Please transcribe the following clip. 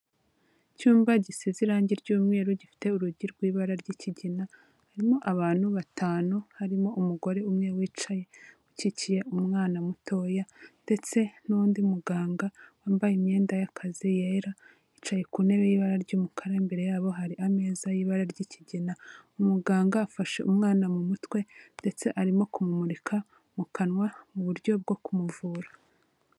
Icyumba gisize irangi ry'umweru gifite urugi rw'ibara ry'ikigina, harimo abantu batanu, harimo umugore umwe wicaye ukikiye umwana mutoya ndetse n'undi muganga wambaye imyenda y'akazi yera, yicaye ku ntebe y'ibara ry'umukara, imbere yabo hari ameza y'ibara ry'ikigina, umuganga afashe umwana mu mutwe ndetse arimo kumumurika mu kanwa mu buryo bwo kumuvura.